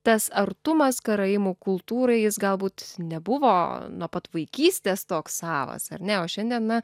tas artumas karaimų kultūrai jis galbūt nebuvo nuo pat vaikystės toks savas ar ne o šiandien na